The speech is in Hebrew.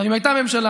ואם הייתה ממשלה,